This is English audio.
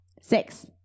six